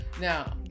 Now